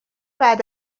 بعد